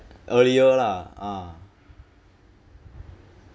earlier lah ah